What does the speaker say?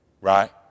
Right